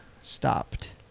stopped